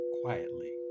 quietly